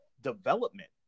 development